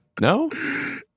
No